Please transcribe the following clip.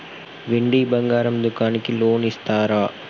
వెండి బంగారం దుకాణానికి లోన్ ఇస్తారా?